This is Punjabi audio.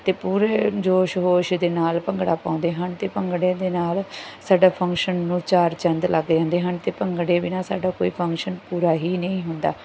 ਅਤੇ ਪੂਰੇ ਜੋਸ਼ ਹੋਸ਼ ਦੇ ਨਾਲ ਭੰਗੜਾ ਪਾਉਂਦੇ ਹਨ ਅਤੇ ਭੰਗੜੇ ਦੇ ਨਾਲ ਸਾਡਾ ਫੰਕਸ਼ਨ ਨੂੰ ਚਾਰ ਚੰਦ ਲੱਗ ਜਾਂਦੇ ਹਨ ਅਤੇ ਭੰਗੜੇ ਬਿਨਾਂ ਸਾਡਾ ਕੋਈ ਫੰਕਸ਼ਨ ਪੂਰਾ ਹੀ ਨਹੀਂ ਹੁੰਦਾ